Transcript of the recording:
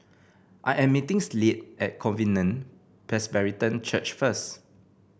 I am meeting Slade at Covenant Presbyterian Church first